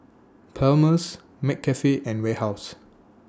Palmer's McCafe and Warehouse